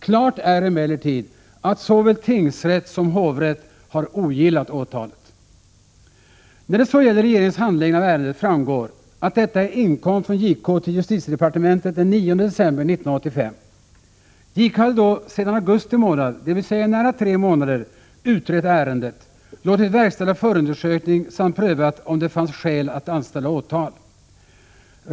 Klart är emellertid att såväl tingsrätt som hovrätt har ogillat åtalet. När det så gäller regeringens handläggning av ärendet framgår att detta inkom från JK till justitiedepartementet den 9 december 1985. JK hade då sedan augusti månad, dvs. i nära tre månader, utrett ärendet, låtit verkställa förundersökning samt prövat om det fanns skäl att anställa åtal.